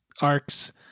arcs